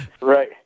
Right